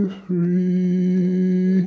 free